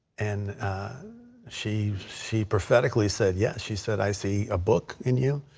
and she she propheticly said yes. she said, i see a book in you.